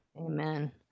Amen